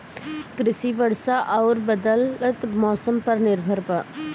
कृषि वर्षा आउर बदलत मौसम पर निर्भर बा